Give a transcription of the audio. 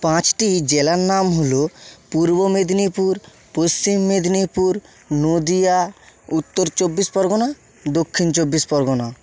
পাঁচটি জেলার নাম হল পূর্ব মেদিনীপুর পশ্চিম মেদিনীপুর নদীয়া উত্তর চব্বিশ পরগনা দক্ষিণ চব্বিশ পরগনা